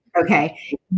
Okay